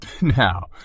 Now